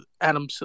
Adam